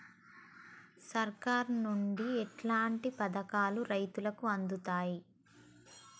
సర్కారు నుండి ఎట్లాంటి పథకాలు రైతులకి అందుతయ్?